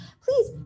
please